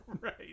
right